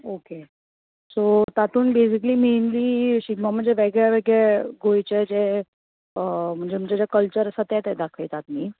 okay so तातूंत basically mainly Shigmo म्हणजे वेगळे वेगळे गोंयची जे म्हणजे म्हणजे जे कल्चर आसा ते ते दाखयल्या न्ही